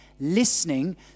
listening